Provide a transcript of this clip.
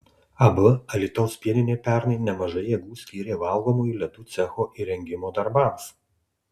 ab alytaus pieninė pernai nemažai jėgų skyrė valgomųjų ledų cecho įrengimo darbams